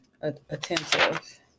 attentive